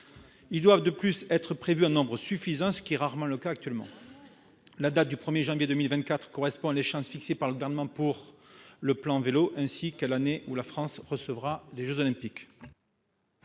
Ils doivent, de plus, être prévus en nombre suffisant, ce qui est rarement le cas à l'heure actuelle. La date du 1 janvier 2024 correspond à l'échéance fixée par le Gouvernement pour le plan Vélo, ainsi qu'à l'année où la France recevra les jeux Olympiques.